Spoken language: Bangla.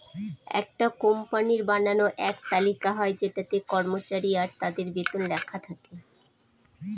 একটা কোম্পানির বানানো এক তালিকা হয় যেটাতে কর্মচারী আর তাদের বেতন লেখা থাকে